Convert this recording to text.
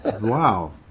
Wow